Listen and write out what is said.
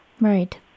Right